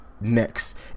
next